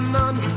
none